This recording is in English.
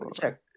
check